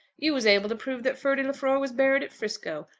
you is able to prove that ferdy lefroy was buried at frisco.